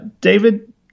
David